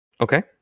Okay